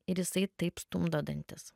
ir jisai taip stumdo dantis